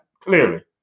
clearly